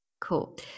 Cool